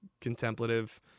contemplative